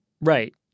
Right